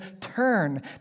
turn